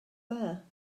there